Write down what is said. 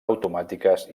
automàtiques